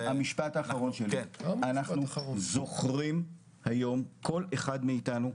אנחנו זוכרים היום, כל אחד מאתנו,